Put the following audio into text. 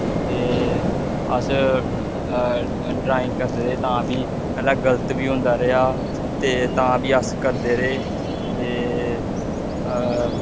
ते अस ड्राईंग करदे रेह् तां बी पैह्ले गल्त बी होंदा रेहा ते तां बी अस करदे रेह् ते